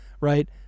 right